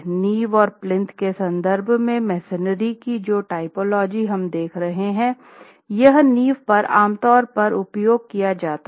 नींव और प्लिंथ के संदर्भ में मेसनरी की जो टाइपोलॉजी हम देख रहे हैं यह नींव पर आमतौर पर उपयोग किया जाता है